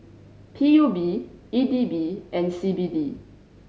P U B E D B and C B D